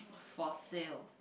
for sale